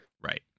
Right